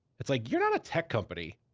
it's like, you're not a tech company.